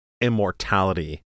immortality